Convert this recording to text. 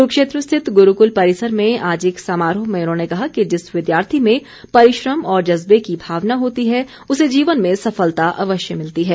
क्रूक्षेत्र स्थित ग्रूकल परिसर में आज एक समारोह में उन्होंने कहा कि जिस विद्यार्थी में परिश्रम और जज्बे की भावना होती है उसे जीवन में सफलता अवश्य मिलती है